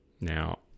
Now